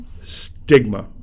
stigma